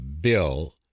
Bill